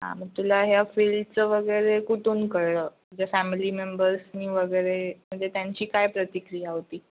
हां मग तुला ह्या फील्डचं वगैरे कुठून कळलं म्हणजे फॅमिली मेंबर्सनी वगैरे म्हणजे त्यांची काय प्रतिक्रिया होती